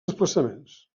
desplaçaments